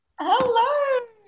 Hello